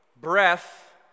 breath